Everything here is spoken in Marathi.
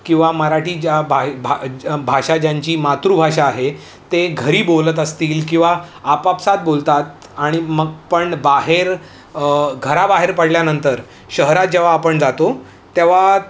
किंवा मराठी ज्या भा भा भा भाषा ज्यांची मातृभाषा आहे ते घरी बोलत असतील किंवा आपापसात बोलतात आणि मग पण बाहेर घराबाहेर पडल्यानंतर शहरात जेव्हा आपण जातो तेव्हा